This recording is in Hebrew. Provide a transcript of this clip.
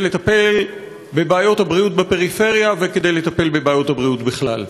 לטפל בבעיות הבריאות בפריפריה וכדי לטפל בבעיות הבריאות בכלל.